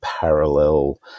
parallel